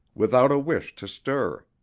without a wish to stir.